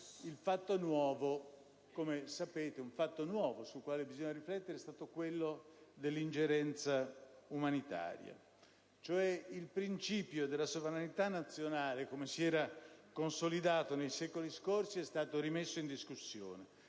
un fatto nuovo, sul quale bisogna riflettere, è stata l'ingerenza umanitaria. Il principio della sovranità nazionale, come si era consolidato nei secoli scorsi, è stato rimesso in discussione: